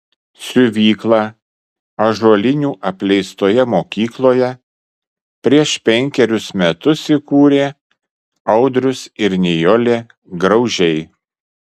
siuvyklą ąžuolinių apleistoje mokykloje prieš penkerius metus įkūrė audrius ir nijolė graužiai